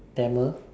Tamil